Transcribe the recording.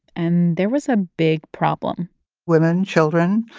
and there was a big problem women, children,